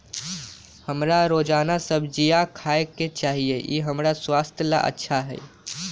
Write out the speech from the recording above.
हमरा रोजाना सब्जिया खाय के चाहिए ई हमर स्वास्थ्य ला अच्छा हई